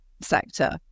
sector